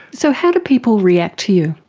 so how do people react to you?